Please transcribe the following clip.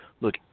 look